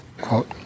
quote